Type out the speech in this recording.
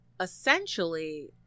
essentially